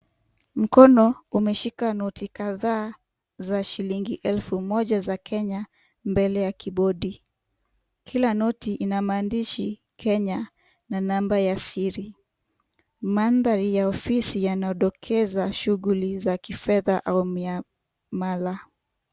Mkono umeshika noti kadhaa , za shilingi elfu moja za Kenya mbele ya keybodi , kila noti ina maandishi Kenya na namba ya siri , mantharii ya ofisi yanadokeza shughli za kifedha au mihela.